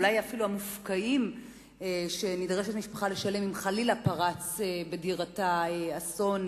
אולי אפילו המופקעים שנדרשת משפחה לשלם אם חלילה אירע בדירתה אסון,